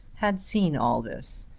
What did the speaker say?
had seen all this,